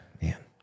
man